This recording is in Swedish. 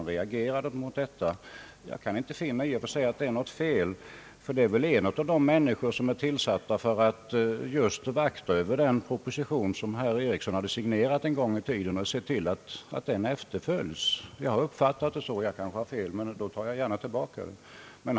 Jag kan inte finna att det i och för sig är något fel, för han är väl en av de människor som är tillsatta för att vakta över den proposition som herr John Ericsson en gång i tiden signerade samt att se till att den efterföljs. Så har jag uppfattat det, och har jag fel tar jag gärna tillbaka mitt citat.